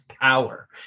power